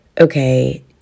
okay